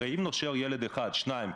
הרי אם נושיע ילד אחד-שניים-כ-10%,